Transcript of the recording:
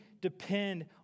depend